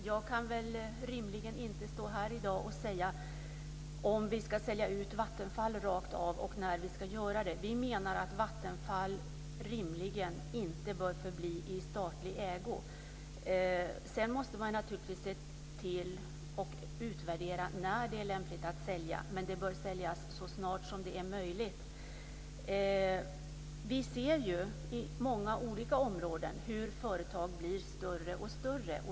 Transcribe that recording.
Herr talman! Jag kan rimligen inte här i dag säga om vi ska sälja ut Vattenfall rakt av och när vi ska göra det. Vi menar att Vattenfall rimligen inte bör förbli i statlig ägo. Sedan måste man naturligtvis se till att utvärdera när det är lämpligt att sälja. Men det bör säljas så snart som det är möjligt. Vi ser ju på många olika områden hur företag blir större och större.